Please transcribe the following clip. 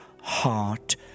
heart